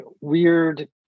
weird